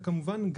וכמובן,